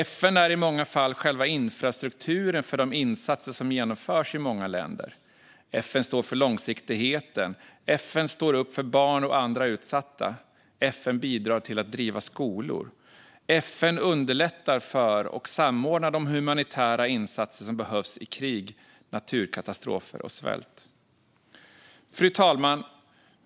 FN är i många fall själva infrastrukturen för de insatser som genomförs i många länder. FN står för långsiktigheten. FN står upp för barn och andra utsatta. FN bidrar till att driva skolor. FN underlättar för och samordnar de humanitära insatser som behövs i krig, naturkatastrofer och svält. Fru talman!